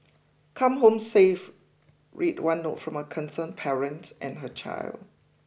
come home safe read one note from a concerned parent and her child